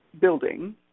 building